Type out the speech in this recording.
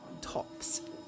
tops